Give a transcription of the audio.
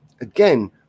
again